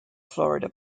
florida